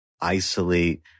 isolate